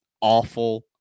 Awful